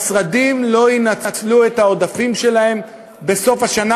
שהמשרדים לא ינצלו את העודפים שלהם בסוף השנה,